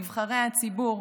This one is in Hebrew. נבחרי הציבור,